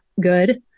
good